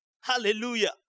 Hallelujah